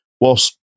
whilst